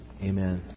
Amen